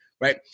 right